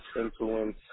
influence